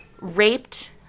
raped